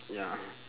ya